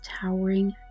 towering